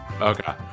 Okay